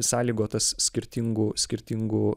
sąlygotas skirtingų skirtingų